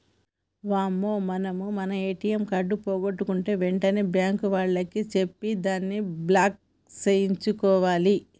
అమ్మో మనం మన ఏటీఎం కార్డు పోగొట్టుకుంటే వెంటనే బ్యాంకు వాళ్లకి చెప్పి దాన్ని బ్లాక్ సేయించుకోవాలి